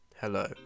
Hello